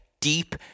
deep